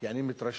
כי אני מתרשם,